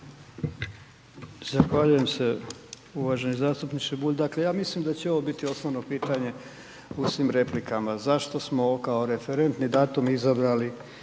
Zahvaljujem se. Uvaženi zastupniče Bulj. Dakle ja mislim da će ovo biti osnovno pitanje u svim replikama, zašto smo kao referentni datum izabrali